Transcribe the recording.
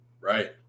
Right